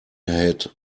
had